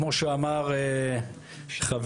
כמו שאמר חברי,